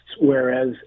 whereas